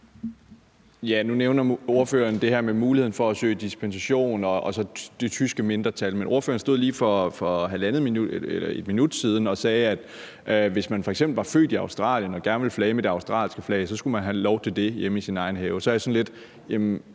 Nu nævner ordføreren det her med muligheden for at søge dispensation og så det tyske mindretal. Men ordføreren stod lige for et minut siden og sagde, at hvis man f.eks. var født i Australien og gerne ville flage med det australske flag, skulle man have lov til det hjemme i sin egen have. Så tænker jeg sådan lidt: